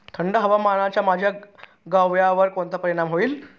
थंड हवामानाचा माझ्या गव्हावर कोणता परिणाम होईल?